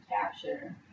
capture